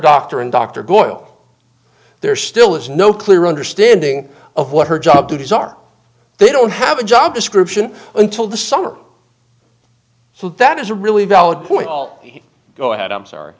doctor and dr boyle there still is no clear understanding of what her job duties are they don't have a job description until the summer so that is a really valid point all go ahead i'm sorry